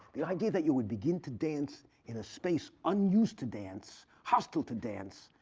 the idea that you would begin to dance in a space unused to dance, hostile to dance,